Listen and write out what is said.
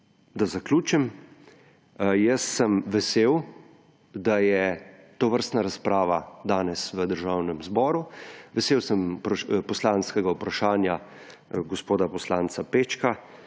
Da zaključim, jaz sem vesel, da je tovrstna razprava danes v Državnem zboru. Vesel sem poslanskega vprašanja gospoda poslanca Pečka